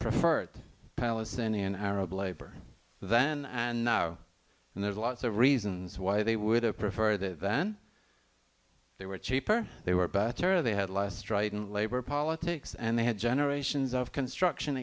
preferred palestinian arab labor then and now and there's lots of reasons why they would have preferred it then they were cheaper they were better they had less strident labor politics and they had generations of construction